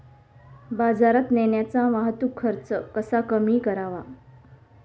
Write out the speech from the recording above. बाजारात नेण्याचा वाहतूक खर्च कसा कमी करावा?